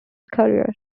career